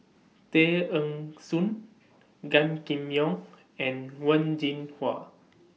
Tay Eng Soon Gan Kim Yong and Wen Jinhua